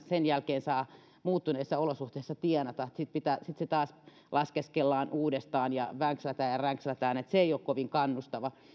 sen jälkeen saa muuttuneissa olosuhteissa tienata sitten se taas laskeskellaan uudestaan ja vänkslätään ja ränkslätään se ei ole kovin kannustava